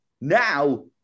now